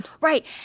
Right